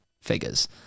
figures